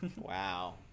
Wow